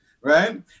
right